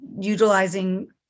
utilizing